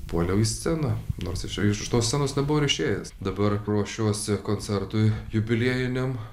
puoliau į sceną nors iš aš iš tos scenos nebuvau ir išėjęs dabar ruošiuosi koncertui jubiliejiniam